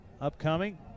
upcoming